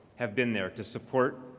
have been there to support,